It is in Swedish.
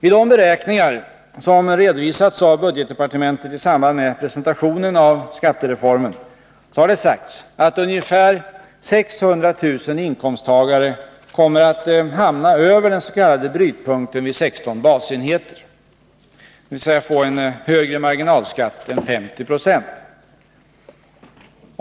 I de beräkningar som har redovisats av budgetdepartementet i samband med presentationen av skattereformen har det sagts att ungefär 600 000 inkomsttagare kommer att hamna över den s.k. brytpunkten vid 16 basenheter, dvs. få en högre marginalskatt än 50 76.